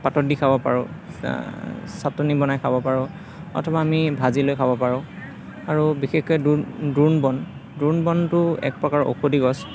পাতত দি খাব পাৰোঁ চাটনি বনাই খাব পাৰোঁ অথবা আমি ভাজি লৈ খাব পাৰোঁ আৰু বিশেষকৈ দ্ৰোণ দোৰোণ বন দোৰোণ বনটো এক প্ৰকাৰৰ ঔষধি গছ